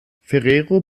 ferrero